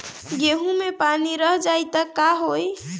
गेंहू मे पानी रह जाई त का होई?